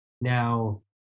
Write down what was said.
now